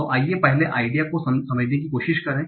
तो आइए पहले आइडिया को समझने की कोशिश करें